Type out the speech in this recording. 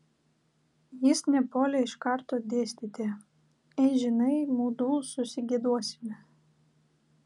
jis nepuolė iš karto dėstyti ei žinai mudu susigiedosime